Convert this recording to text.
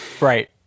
Right